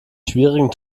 schwierigen